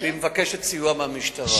והיא מבקשת סיוע מהמשטרה.